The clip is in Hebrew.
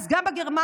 אז גם בגרמניה,